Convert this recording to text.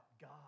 God